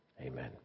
amen